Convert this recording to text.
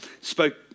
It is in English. spoke